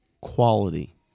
quality